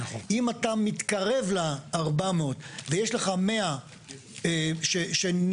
אם אתה מתקרב ל-400 ויש לך 100 שנספרים,